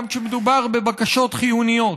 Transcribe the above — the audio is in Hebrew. גם כאשר מדובר בבקשות חיונית.